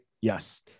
Yes